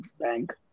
bank